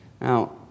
Now